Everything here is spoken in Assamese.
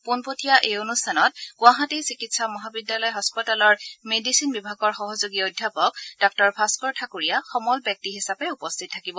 পোনপটীয়া এই অনুষ্ঠানত গুৱাহাটী চিকিৎসা মহাবিদ্যালয় হাস্পতালৰ মেডিচিন বিভাগৰ সহযোগী অধ্যাপক ডাঃ ভাস্কৰ ঠাকুৰীয়া সমল ব্যক্তি হিচাপে উপস্থিত থাকিব